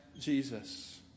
Jesus